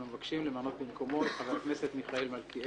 אנחנו מבקשים למנות במקומו את חבר הכנסת מיכאל מלכיאלי.